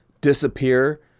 disappear